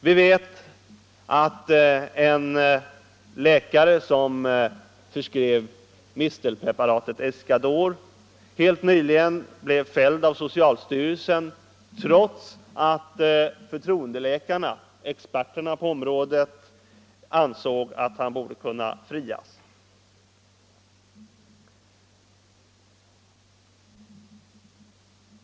Vi vet att en läkare som förskrev mistelpreparatet Iscador helt nyligen blev fälld av socialstyrelsen, trots att förtroendeläkarna — experterna på området — ansåg att han borde kunna frias.